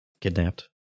Kidnapped